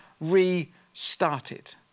restarted